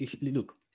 look